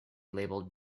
labeled